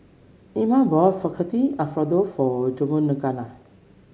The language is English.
Ima bought Fettuccine Alfredo for Georganna